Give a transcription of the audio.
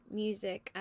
music